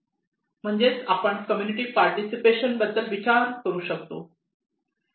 म्हणजेच आपण community participation बद्दल विचारू शकतो